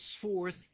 forth